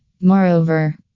Moreover